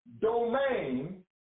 domain